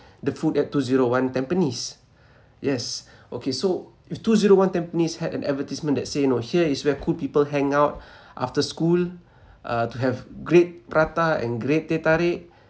the food at two zero one tampines yes okay so if two zero one tampines had an advertisement that say know here is where cool people hang out after school uh to have great prata and great teh-tarik